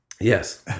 Yes